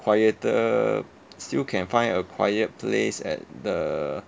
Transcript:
quieter still can find a quiet place at the